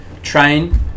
Train